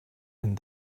and